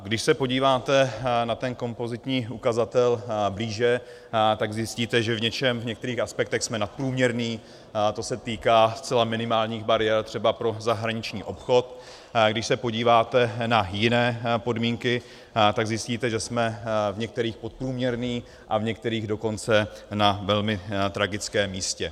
Když se podíváte na ten kompozitní ukazatel blíže, tak zjistíte, že v některých aspektech jsme nadprůměrní, to se týká zcela minimálních bariér třeba pro zahraniční obchod, když se podíváte na jiné podmínky, tak zjistíte, že jsme v některých podprůměrní, a v některých dokonce na velmi tragickém místě.